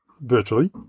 virtually